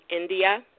India